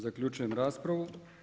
Zaključujem raspravu.